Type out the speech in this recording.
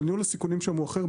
אבל ניהול הסיכונים שם הוא אחר,